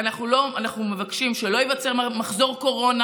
אנחנו מבקשים שלא ייווצר מחזור קורונה